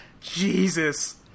Jesus